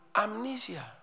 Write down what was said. amnesia